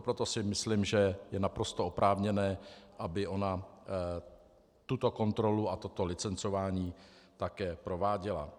Proto si myslím, že je naprosto oprávněné, aby ona tuto kontrolu a toto licencování také prováděla.